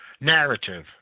narrative